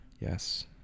Yes